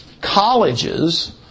colleges